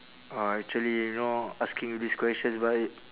uh actually you know asking these questions but